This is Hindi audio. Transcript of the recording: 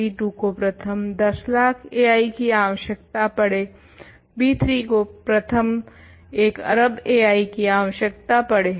b2 को प्रथम 10 लाख ai की आवश्यकता पड़े b3 को प्रथम 1 अरब ai की आवश्यकता पड़े